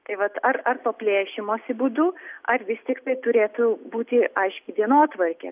tai vat ar ar to plėšymosi būdu ar vis tiktai turėtų būti aiški dienotvarkė